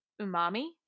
umami